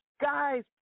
guys